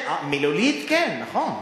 מילולית זה נכון.